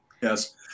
yes